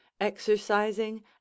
exercising